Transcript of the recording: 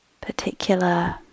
particular